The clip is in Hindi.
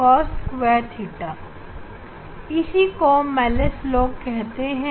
I Io cos2 इसी को मेलस ला कहते हैं